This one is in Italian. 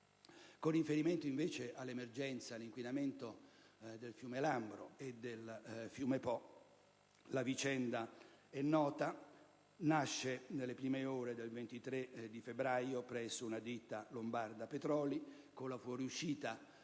Con riferimento all'emergenza dell'inquinamento del fiume Lambro e del fiume Po la vicenda è nota: ha origine nelle prime ore del 23 febbraio scorso presso la ditta «Lombarda Petroli» per la fuoriuscita